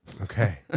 Okay